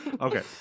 Okay